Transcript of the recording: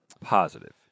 positive